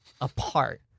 apart